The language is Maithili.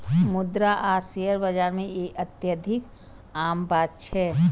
मुद्रा आ शेयर बाजार मे ई अत्यधिक आम बात छै